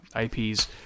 IPs